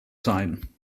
sein